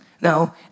No